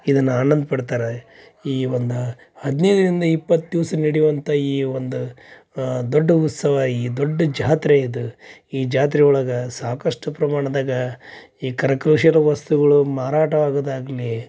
ಇದನ್ನು ಆನಂದಪಡ್ತಾರೆ ಈ ಒಂದು ಹದಿನೈದರಿಂದ ಇಪ್ಪತ್ತು ದಿವಸ ನಡ್ಯೋವಂಥ ಈ ಒಂದು ದೊಡ್ಡ ಉತ್ಸವ ಈ ದೊಡ್ಡ ಜಾತ್ರೆ ಇದು ಈ ಜಾತ್ರೆ ಒಳ್ಗೆ ಸಾಕಷ್ಟು ಪ್ರಮಾಣದಾಗ ಈ ಕರಕುಶಲ ವಸ್ತುಗಳು ಮಾರಾಟ ಆಗೋದಾಗಲಿ